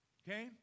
okay